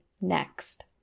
next